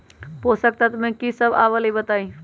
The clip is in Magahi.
पोषक तत्व म की सब आबलई बताई?